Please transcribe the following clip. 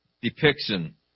depiction